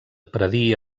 predir